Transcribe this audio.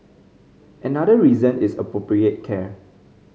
another reason is appropriate care